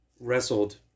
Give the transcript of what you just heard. wrestled